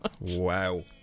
Wow